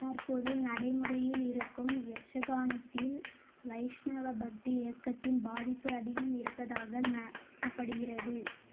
தற்போது நடைமுறையிலிருக்கும் யக்ஷகானத்தில் வைஷ்ணவ பக்தி இயக்கத்தின் பாதிப்பு அதிகம் இருப்பதாக நம்பப்படுகிறது